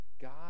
God